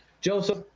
Joseph